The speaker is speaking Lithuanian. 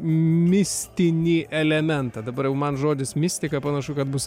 mistinį elementą dabar jau man žodis mistika panašu kad bus